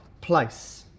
place